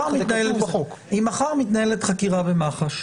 אם מחר מתנהלת חקירה במח"ש,